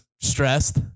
stressed